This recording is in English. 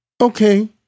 Okay